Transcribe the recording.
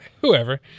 Whoever